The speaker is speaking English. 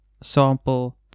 Sample